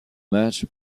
match